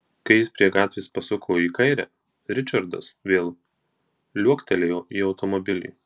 kai jis prie gatvės pasuko į kairę ričardas vėl liuoktelėjo į automobilį